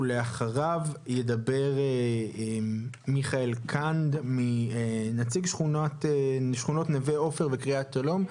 ולאחריו ידבר מיכאל קנד נציג שכונות נווה עופר וקרית שלום,